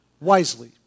wisely